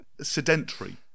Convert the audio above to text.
sedentary